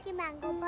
yeah mango but